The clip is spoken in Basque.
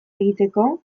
egiteko